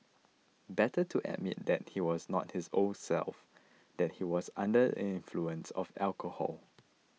better to admit that he was not his old self that he was under the influence of alcohol